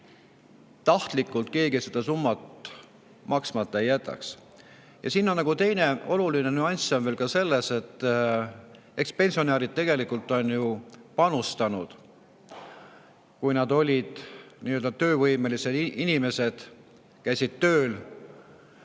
tahtlikult keegi seda summat maksmata ei jätaks. Ja siin on teine oluline nüanss veel selles, et eks pensionärid tegelikult on ju juba panustanud, kui nad olid töövõimelised inimesed, käisid tööl,